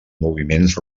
moviments